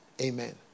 Amen